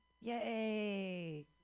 Yay